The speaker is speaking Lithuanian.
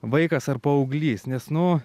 vaikas ar paauglys nes nu